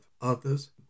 others